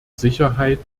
sicherheit